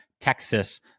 Texas